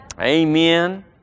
Amen